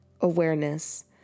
awareness